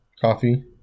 Coffee